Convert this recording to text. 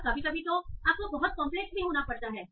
और कभी कभी तो आपको बहुत कंपलेक्स भी होना पड़ता है